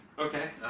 Okay